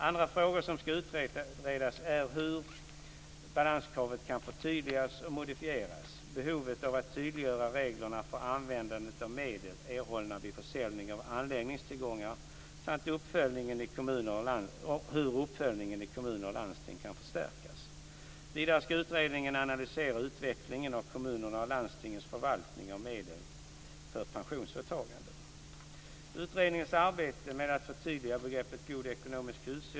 Andra frågor som ska utredas är hur balanskravet kan förtydligas och modifieras, behovet av att tydliggöra reglerna för användandet av medel erhållna vid försäljning av anläggningstillgångar samt hur uppföljningen i kommuner och landsting kan förstärkas. Vidare ska utredaren analysera utvecklingen av kommunernas och landstingens förvaltning av medel för pensionsåtaganden.